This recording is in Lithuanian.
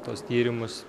tuos tyrimus